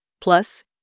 plus